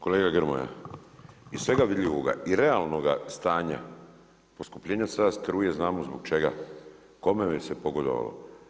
Kolega Grmoja, iz svega vidljivoga i realnoga stanja poskupljenja cijena struje, znamo zbog čega, kome bi se pogodovalo.